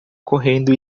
correndo